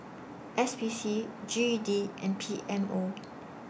S P C G E D and P M O